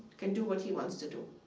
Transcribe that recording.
can do what he wants to do.